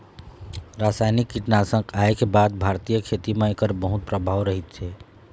रासायनिक कीटनाशक आए के बाद भारतीय खेती म एकर बहुत प्रभाव रहीसे